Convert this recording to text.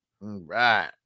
right